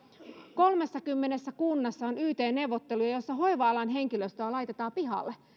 kolmessakymmenessä kunnassa on yt neuvottelut joissa hoiva alan henkilöstöä laitetaan pihalle